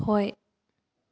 ꯍꯣꯏ